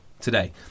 today